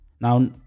Now